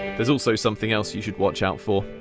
there's also something else you should watch out for.